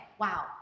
Wow